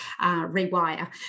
rewire